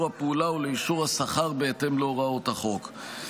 הפעולה או לאישור השכר בהתאם להוראות החוק.